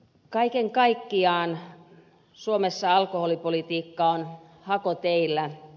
kaiken kaikkiaan suomessa alkoholipolitiikka on hakoteillä